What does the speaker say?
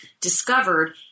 discovered